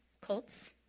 colts